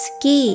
Ski